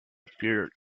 appear